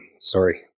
Sorry